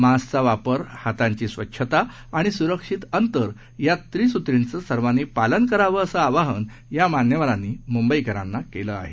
मास्कचावापर हातांचीस्वच्छताआणिस्रक्षितअंतरयात्रिस्त्रीचेसर्वांनीपालनकरावं असंआवाहनयामान्यवरांनीमुंबईकरांनाकेलंआहे